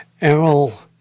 Errol